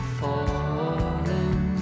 falling